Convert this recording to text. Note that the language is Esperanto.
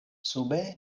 sube